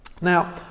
Now